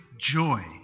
joy